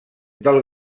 del